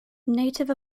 native